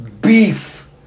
beef